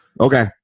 okay